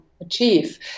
achieve